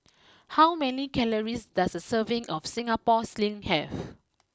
how many calories does a serving of Singapore sling have